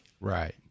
Right